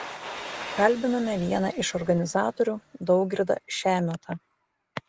kalbiname vieną iš organizatorių daugirdą šemiotą